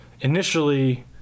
Initially